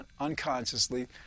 unconsciously